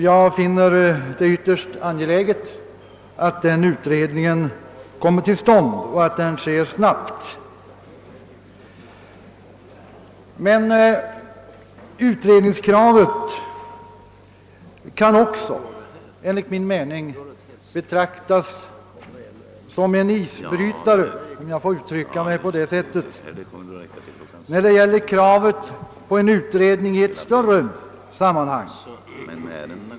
Jag finner det ytterst angeläget att den utredningen kommer till stånd och att den sker snabbt. En sådan utredning bör också enligt min uppfattning kunna bli något av en isbrytare, om jag får uttrycka mig så, för en utredning om pensionsåldern i ett större sammanhang.